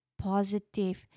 positive